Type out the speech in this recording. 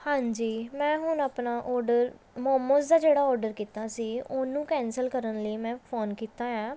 ਹਾਂਜੀ ਮੈਂ ਹੁਣ ਆਪਣਾ ਆਰਡਰ ਮੋਮੋਜ਼ ਦਾ ਜਿਹੜਾ ਆਰਡਰ ਕੀਤਾ ਸੀ ਉਹਨੂੰ ਕੈਂਸਲ ਕਰਨ ਲਈ ਮੈਂ ਫੋਨ ਕੀਤਾ ਹੈ